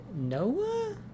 Noah